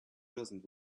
doesn’t